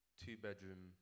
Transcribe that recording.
two-bedroom